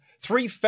Three